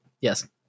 Yes